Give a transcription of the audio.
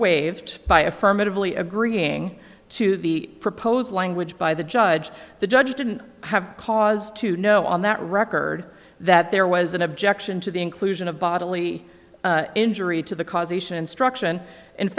waived by affirmatively agreeing to the proposed language by the judge the judge didn't have cause to know on that record that there was an objection to the inclusion of bodily injury to the causation instruction in